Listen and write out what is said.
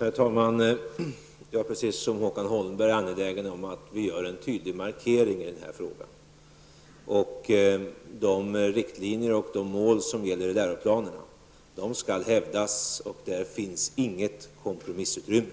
Herr talman! Jag är, precis som Håkan Holmberg, angelägen om att vi gör en tydlig markering i den här frågan. De riktlinjer och de mål som gäller i läroplanerna skall hävdas. Där finns inget kompromissutrymme.